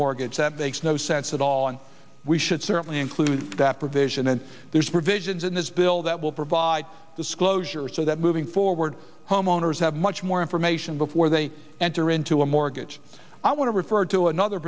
mortgage that makes no sense at all and we should certainly include that provision and there's provisions in this bill that will provide disclosure so that moving forward homeowners have much more information before they enter into a mortgage i want to refer to another